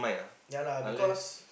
ya lah because